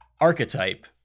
archetype